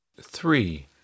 Three